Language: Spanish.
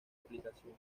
aplicación